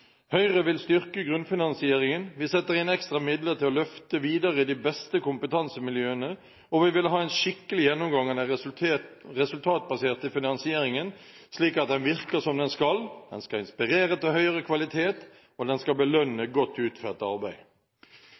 Høyre vil styrke grunnfinansieringen, vi setter inn ekstra midler til å løfte videre de beste kompetansemiljøene, og vi vil ha en skikkelig gjennomgang av den resultatbaserte finansieringen, slik at den virker som den skal: Den skal inspirere til høyere kvalitet, og den skal belønne godt utført arbeid.